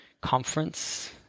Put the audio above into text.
Conference